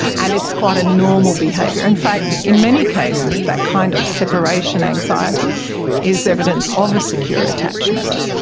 and it's quite a normal behaviour. in fact in many cases that kind of separation anxiety is evidence of a secure attachment.